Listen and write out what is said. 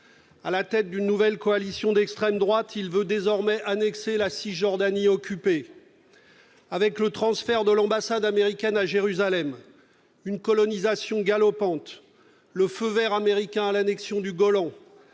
À la tête d'une nouvelle coalition d'extrême droite, il veut désormais annexer la Cisjordanie occupée. Avec le transfert de l'ambassade américaine à Jérusalem, une colonisation galopante, le feu vert américain à l'annexion du Golan,